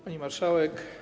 Pani Marszałek!